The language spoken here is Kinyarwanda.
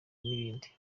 n’ibindi